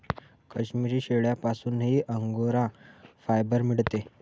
काश्मिरी शेळ्यांपासूनही angora fibre मिळते